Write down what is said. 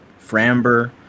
Framber